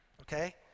Okay